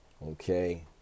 okay